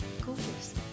Gorgeous